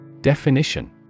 Definition